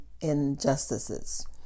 injustices